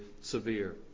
severe